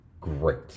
great